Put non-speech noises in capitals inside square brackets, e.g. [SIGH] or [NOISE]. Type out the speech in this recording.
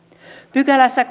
pykälässä [UNINTELLIGIBLE]